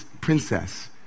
princess